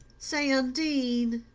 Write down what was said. say, undine